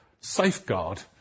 safeguard